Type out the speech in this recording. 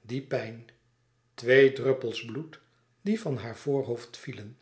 die pijn twee druppels bloed die van louis couperus extaze een boek van geluk haar voorhoofd vielen